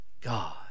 God